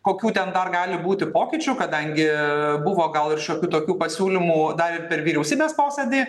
kokių ten dar gali būti pokyčių kadangi buvo gal ir šiokių tokių pasiūlymų dar ir per vyriausybės posėdį